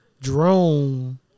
Jerome